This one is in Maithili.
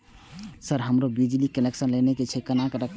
सर हमरो बिजली कनेक्सन लेना छे केना लेबे?